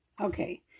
Okay